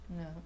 No